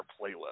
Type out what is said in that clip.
playlist